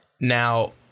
Now